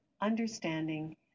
understanding